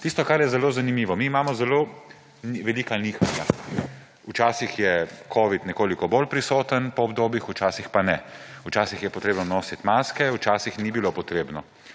Tisto, kar je zelo zanimivo, mi imamo zelo velika nihanja; včasih je covid nekoliko bolj prisoten po obdobjih, včasih pa ne, včasih je potrebno nositi maske, včasih ni bilo potrebno.